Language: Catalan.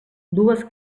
dues